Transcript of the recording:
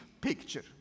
picture